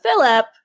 Philip